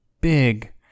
big